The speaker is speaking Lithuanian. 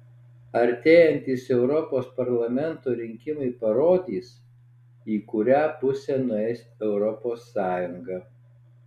artėjantys europos parlamento rinkimai parodys į kurią pusę nueis europos sąjunga